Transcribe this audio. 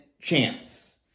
chance